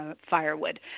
firewood